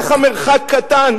איך המרחק קטן?